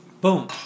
boom